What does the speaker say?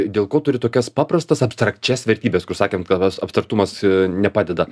dėl ko turi tokias paprastas abstrakčias vertybes kur sakėm kad va abstraktumas nepadeda